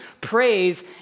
praise